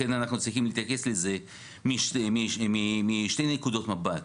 לכן, אנחנו צריכים להתייחס לזה משתי נקודות מבט: